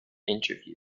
interviews